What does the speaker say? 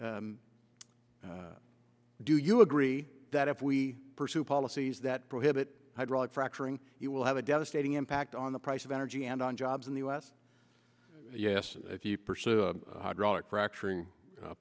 do you agree that if we pursue policies that prohibit hydraulic fracturing you will have a devastating impact on the price of energy and on jobs in the us yes if you pursue